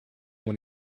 when